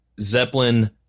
zeppelin